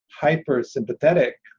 hyper-sympathetic